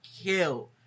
kill